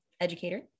educator